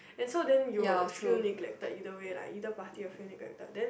and so you will feel neglected you or either party will feel neglected then